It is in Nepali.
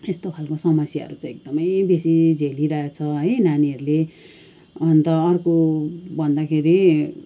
यस्तो खालको समस्याहरू चाहिँ एकदमै बेसी झेलिरहेको छ है नानीहरूले अन्त अर्को भन्दाखेरि